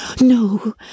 No